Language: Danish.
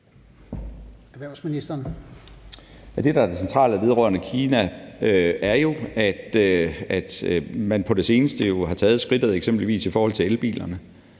Det, der er det centrale vedrørende Kina, er jo, at man på det seneste har taget skridtet, f.eks. i forhold til elbilerne.